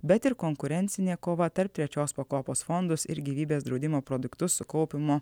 bet ir konkurencinė kova tarp trečios pakopos fondus ir gyvybės draudimo produktus kaupimu